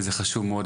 וזה חשוב מאוד,